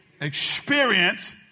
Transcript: experience